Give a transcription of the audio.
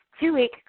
two-week